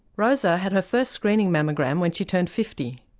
rosa had her first screening mammogram when she turned fifty.